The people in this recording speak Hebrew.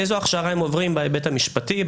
איזו הכשרה הם עוברים בהיבט המשפטי,